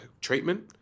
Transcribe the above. treatment